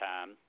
time